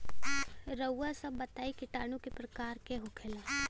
रउआ सभ बताई किटाणु क प्रकार के होखेला?